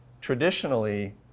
traditionally